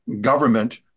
government